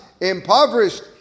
impoverished